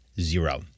Zero